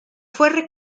fue